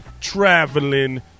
traveling